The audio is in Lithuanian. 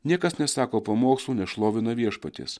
niekas nesako pamokslų nešlovina viešpaties